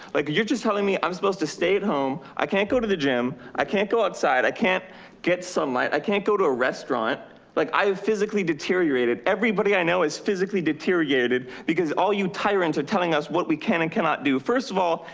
like you're just telling me i'm supposed to stay at home. i can't go to the gym. i can't go outside. i can't get some light. i can't go to a restaurant like i've physically deteriorated. everybody i know is physically deteriorated because all you tire into telling us what we can and cannot do. first of all,